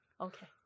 Okay